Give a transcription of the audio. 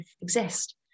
exist